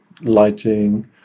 lighting